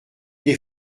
des